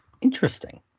Interesting